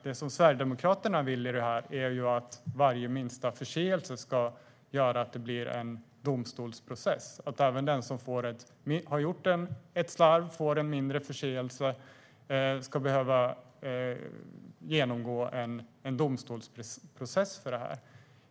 Det som Sverigedemokraterna vill är att varje liten förseelse ska leda till en domstolsprocess, att även den som slarvat, gjort en mindre förseelse, ska behöva genomgå en domstolsprocess.